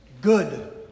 Good